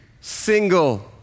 single